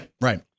right